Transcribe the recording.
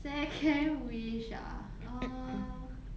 second wish ah err